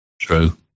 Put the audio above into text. True